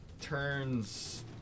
turns